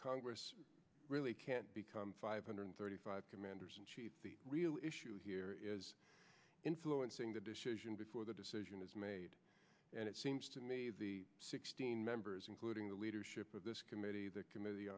congress really can't become five hundred thirty five commanders in the real issue here is influencing the decision before the decision is made and it seems to me the sixteen members including the leadership of this committee the com